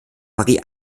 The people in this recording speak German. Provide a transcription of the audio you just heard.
marie